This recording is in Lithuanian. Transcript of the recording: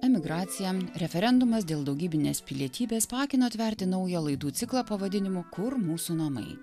emigracija referendumas dėl daugybinės pilietybės paakino atverti naują laidų ciklą pavadinimu kur mūsų namai